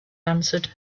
answered